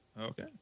Okay